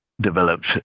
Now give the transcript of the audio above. developed